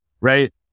Right